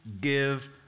give